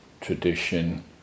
tradition